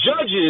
judges